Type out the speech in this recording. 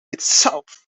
itself